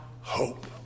hope